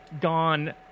gone